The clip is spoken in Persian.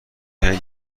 کمی